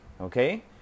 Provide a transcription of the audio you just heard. Okay